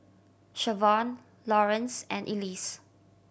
Siobhan Lawrance and Elise